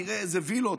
תראה איזה וילות,